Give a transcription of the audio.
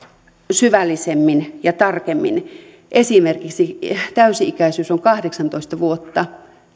syvällisemmin ja tarkemmin esimerkiksi täysi ikäisyys on kahdeksantoista vuotta